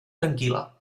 tranquil·la